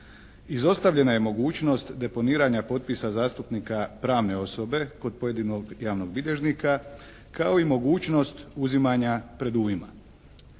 Izostavljena je mogućnost deponiranja potpisa zastupnika pravne osobe kod pojedinog javnog bilježnika kao i mogućnost uzimanja predujma.